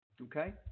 Okay